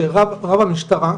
שרב המשטרה,